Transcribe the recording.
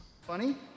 Funny